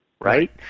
right